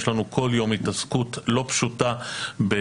יש לנו כל יום התעסקות לא פשוטה בשכנוע,